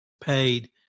paid